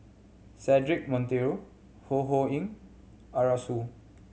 Cedric Monteiro Ho Ho Ying Arasu